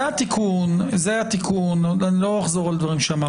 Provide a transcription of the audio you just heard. זה התיקון, אני לא אחזור על דברים שאמרתי.